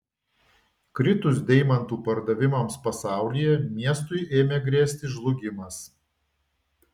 kritus deimantų pardavimams pasaulyje miestui ėmė grėsti žlugimas